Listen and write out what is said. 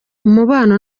umubano